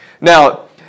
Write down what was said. Now